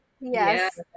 Yes